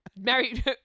Mary